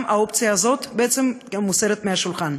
גם האופציה הזאת בעצם מוסרת מהשולחן.